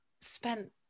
spent